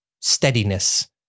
steadiness